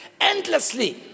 endlessly